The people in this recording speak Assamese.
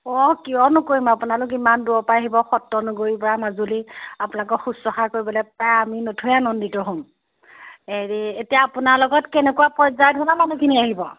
অঁ কিয় নকৰিম আপোনালোক ইমান দূৰৰপৰা আহিব সত্ৰ নগৰীৰপৰা মাজুলী আপোনালোকক শুশ্ৰূষা কৰিবলৈ পায় আমি নথৈ আনন্দিত হ'ম হেৰি এতিয়া আপোনালোকৰ কেনেকুৱা পৰ্যায়ত থকা মানুহখিনি আহিব